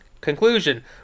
Conclusion